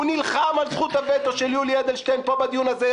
הוא נילחם על זכות הווטו של יולי אדלשטיין פה בדיון הזה.